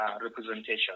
representation